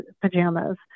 pajamas